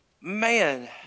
Man